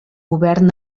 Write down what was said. govern